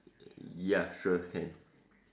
ya sure can